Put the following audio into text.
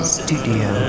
studio